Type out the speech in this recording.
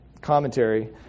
commentary